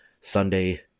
Sunday